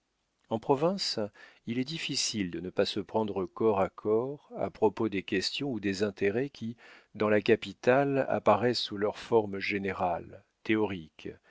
en province il est difficile de ne pas se prendre corps à corps à propos des questions ou des intérêts qui dans la capitale apparaissent sous leurs formes générales